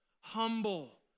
humble